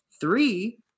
three